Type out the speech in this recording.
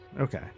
Okay